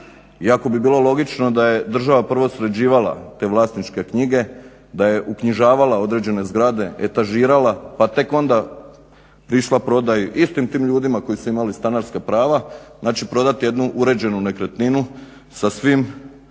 Iako bi bilo logično da je država prvo sređivala te vlasničke knjige, da je uknjižavala određene zgrade, etažirala pa tek onda išla prodaji istim tim ljudima koji su imali stanarska prava znači prodati jednu uređenu nekretninu sa svim